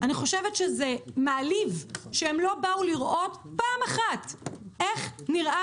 זה מעליב שהם לא באו לראות פעם אחת איך נראה